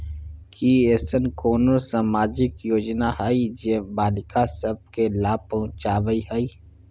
की ऐसन कोनो सामाजिक योजना हय जे बालिका सब के लाभ पहुँचाबय हय?